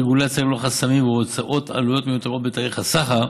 רגולציה ללא חסמים והוצאת עלויות מיותרות בתהליך הסחר,